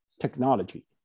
technology